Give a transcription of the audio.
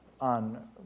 on